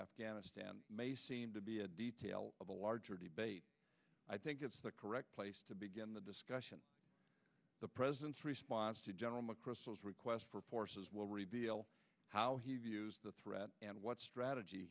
afghanistan may seem to be a detail of the larger debate i think it's the correct place to begin the discussion the president's response to general mcchrystal is requests for forces will reveal how he views the threat and what strategy